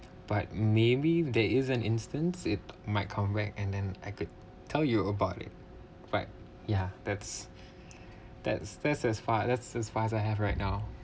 but maybe there is an instance it might come back and then I could tell you about it but ya that's that's that's as far that's as far as I have right now